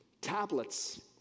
tablets